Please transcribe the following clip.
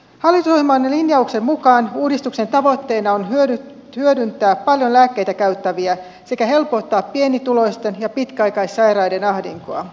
hallitusohjelman linjauksen mukaan uudistuksen tavoitteena on hyödyttää paljon lääkkeitä käyttäviä sekä helpottaa pienituloisten ja pitkäaikaissairaiden ahdinkoa